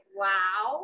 wow